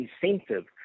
incentive